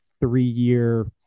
three-year